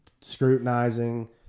scrutinizing